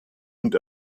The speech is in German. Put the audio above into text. und